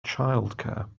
childcare